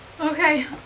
Okay